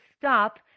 stop